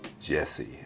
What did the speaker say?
Jesse